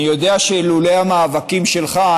אני יודע שלולא המאבקים שלך,